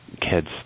kids